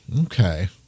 Okay